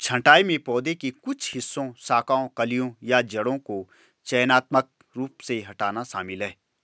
छंटाई में पौधे के कुछ हिस्सों शाखाओं कलियों या जड़ों को चयनात्मक रूप से हटाना शामिल है